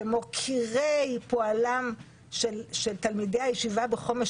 כמוקירי פועלם של תלמידי הישיבה בחומש,